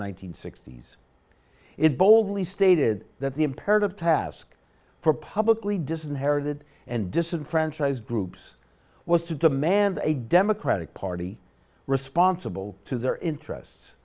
hundred sixty s it boldly stated that the imperative task for publicly disinherited and disenfranchised groups was to demand a democratic party responsible to their interests